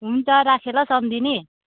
हुन्छ राखेँ ल सम्धिनी